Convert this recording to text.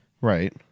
Right